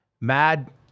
mad